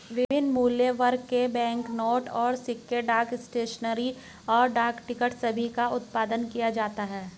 विभिन्न मूल्यवर्ग के बैंकनोट और सिक्के, डाक स्टेशनरी, और डाक टिकट सभी का उत्पादन किया जाता है